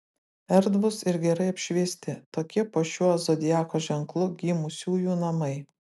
erdvūs ir gerai apšviesti tokie po šiuo zodiako ženklu gimusiųjų namai